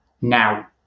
now